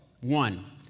One